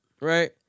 right